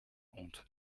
honte